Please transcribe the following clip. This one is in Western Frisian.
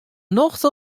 nocht